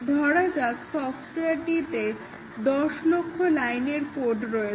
ধরা যাক সফটওয়্যারটিতে 10 লক্ষ লাইনের কোড রয়েছে